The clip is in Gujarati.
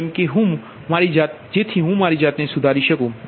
તેથી જેમ કે હું મારી જાતને સુધારી શકું છું